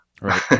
right